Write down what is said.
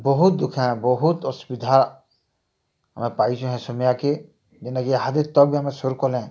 ବହୁତ୍ ଦୁଃଖେ ଆମେ ବହୁତ୍ ଅସୁବିଧା ଆମେ ପାଇଛୁ ହେ ସମୟ କେ ଯେନ୍ତା କି ଇହାଦେର ତକ୍ ବି ଆମେ ସୁରୁ କଲେ